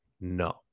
No